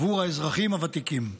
עבור האזרחים הוותיקים.